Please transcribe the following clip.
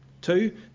Two